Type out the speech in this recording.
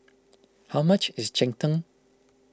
how much is Cheng Tng